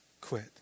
quit